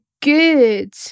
good